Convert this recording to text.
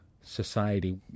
Society